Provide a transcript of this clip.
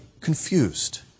confused